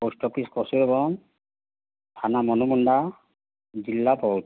post office Posharbandh ଥାନା ମନମୁଣ୍ଡା ଜିଲ୍ଲା ବୌଦ୍ଧ